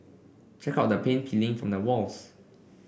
check out the paint peeling from the walls